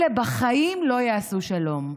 אלה בחיים / לא יעשו שלום,